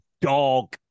dog